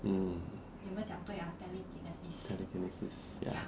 mm telekinesis